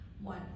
one